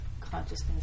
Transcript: consciousness